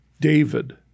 David